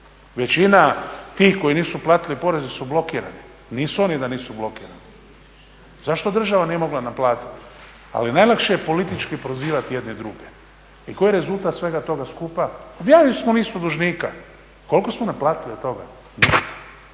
Većina tih koji nisu platili poreze su blokirani. Nisu oni da nisu blokirani. Zašto država nije mogla naplatiti? Ali najlakše je politički prozivati jedni druge. I koji je rezultat svega toga skupa? Objavili smo listu dužnika, koliko smo naplatili od toga?